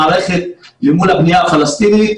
המערכת אל מול הבנייה הפלסטינית,